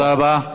תודה רבה.